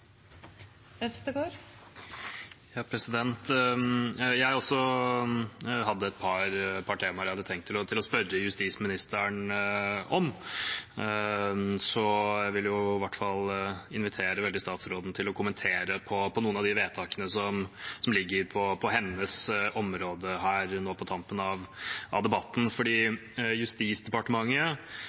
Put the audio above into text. jeg hadde et par temaer jeg hadde tenkt å spørre justisministeren om. Så jeg vil invitere statsråden nå på tampen av debatten til å kommentere noen av de vedtakene som ligger på hennes område.